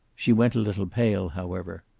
she went a little pale, however.